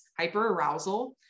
hyperarousal